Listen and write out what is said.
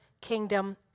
kingdom